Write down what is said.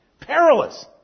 Perilous